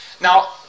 Now